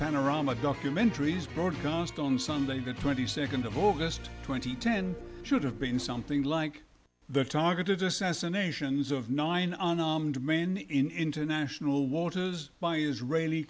panorama documentaries broadcast on sunday the twenty second of august twenty ten should have been something like the targeted assassinations of nine unarmed men in international waters by israeli